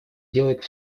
делает